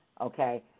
okay